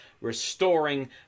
restoring